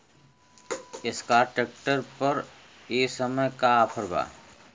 Escort tractor पर ए समय का ऑफ़र बा?